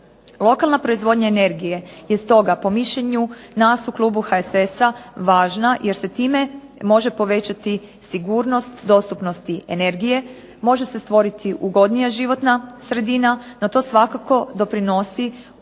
Lokalna proizvodnja energije je stoga po mišljenju nas u klubu HSS-a važna, jer se time može povećati sigurnost dostupnosti energije, može se stvoriti ugodnija životna sredina, no to svakako doprinosi uz